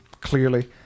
clearly